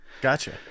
Gotcha